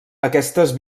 aquestes